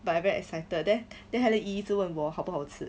but I very excited that then then 她的阿姨一直问我好不好吃